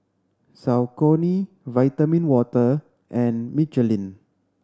Saucony Vitamin Water and Michelin